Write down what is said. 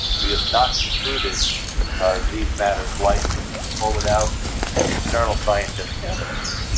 we have not concluded these matters lightly or without external scientific evidence.